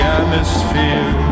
atmosphere